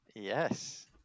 Yes